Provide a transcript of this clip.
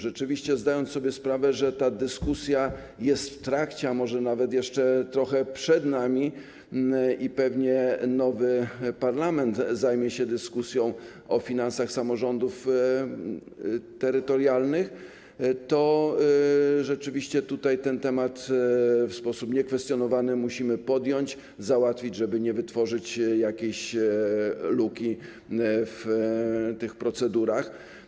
Zdając sobie sprawę, że ta dyskusja jest w trakcie, a może nawet jeszcze trochę przed nami i pewnie nowy parlament zajmie się dyskusją o finansach samorządów terytorialnych, rzeczywiście tutaj ten temat w sposób niekwestionowany musimy podjąć, załatwić, żeby nie wytworzyć jakiejś luki w tych procedurach.